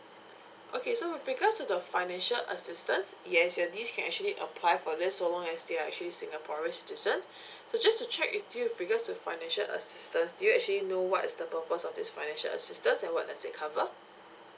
okay so with regards to the financial assistance yes your niece can actually apply for this so long as they're actually singaporean citizen so just to check with you with regards to financial assistance do you actually know what is the purpose of this financial assistance and what does it cover